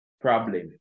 problem